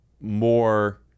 more